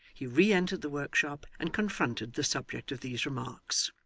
he re-entered the workshop, and confronted the subject of these remarks.